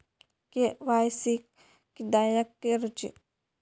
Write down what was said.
KYC किदयाक करूची?